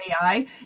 AI